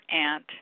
aunt